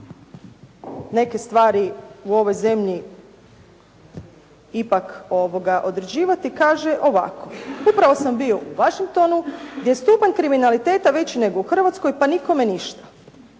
neke stvari u ovoj zemlji ipak određivati kaže ovako: "Upravo sam bio u Washingtonu gdje je stupanj kriminaliteta veći nego u Hrvatskoj pa nikome ništa."